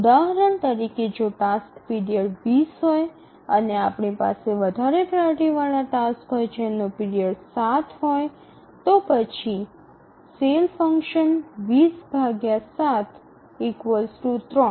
ઉદાહરણ તરીકે જો ટાસ્ક પીરિયડ ૨0 હોય અને આપણી પાસે વધારે પ્રાઓરિટી વાળા ટાસ્ક હોય જેનો પીરિયડ ૭ હોય તો પછી ⌈⌉ 3